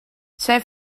zijn